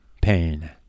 Pain